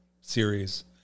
series